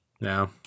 No